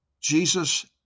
Jesus